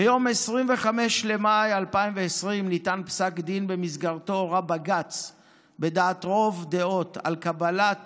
ביום 25 במאי 2020 ניתן פסק דין שבמסגרתו הורה בג"ץ ברוב דעות על קבלת